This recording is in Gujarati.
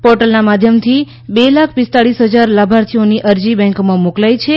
પોર્ટલનાં માધ્યમથી બે લાખ પીસ્તાળીસ હજાર લાભાર્થીઓની અરજી બેંકોમાં મોકલાઈ છે